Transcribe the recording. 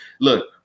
look